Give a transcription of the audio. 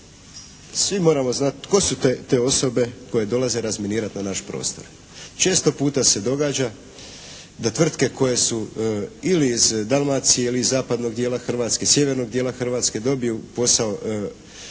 svi moramo znati tko su te osobe koje dolaze razminirati na naš prostor. Često puta se događa da tvrtke koje su ili iz Dalmacije ili iz zapadnog dijela Hrvatske, sjevernog dijela Hrvatske dobiju posao